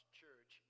church